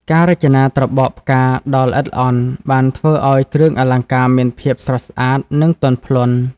ការរចនាត្របកផ្កាដ៏ល្អិតល្អន់បានធ្វើឱ្យគ្រឿងអលង្ការមានភាពស្រស់ស្អាតនិងទន់ភ្លន់។